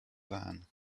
van